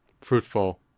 fruitful